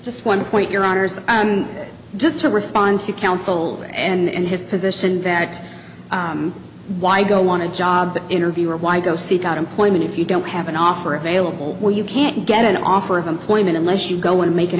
just one point your honour's and just to respond to counsel and his position that why go on a job interview or why go seek out employment if you don't have an offer available where you can't get an offer of employment unless you go and make an